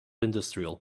industrial